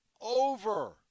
over